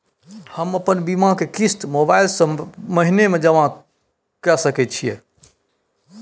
हम अपन बीमा के किस्त मोबाईल से महीने में जमा कर सके छिए?